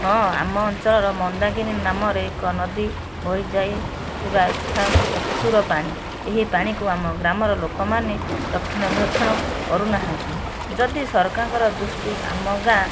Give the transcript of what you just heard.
ହଁ ଆମ ଅଞ୍ଚଳର ମନ୍ଦାକିନୀ ନାମରେ ଏକ ନଦୀ ବହି ଯାଇଥିବା ଏଠା ପ୍ରଚୁର ପାଣି ଏହି ପାଣିକୁ ଆମ ଗ୍ରାମର ଲୋକମାନେ ରକ୍ଷଣା ବେକ୍ଷଣ କରୁନାହାନ୍ତି ଯଦି ସରକାରଙ୍କର ଦୃଷ୍ଟି ଆମ ଗାଁ